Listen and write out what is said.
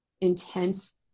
intense